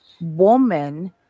woman